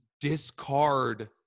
discard